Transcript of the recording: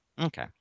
Okay